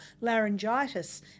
laryngitis